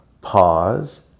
Pause